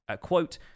Quote